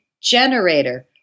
generator